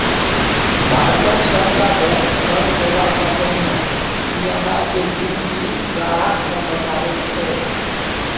भारतक सभटा बैंक कर्ज देबासँ पहिने ई.एम.आई केर गिनती ग्राहकेँ बताबैत छै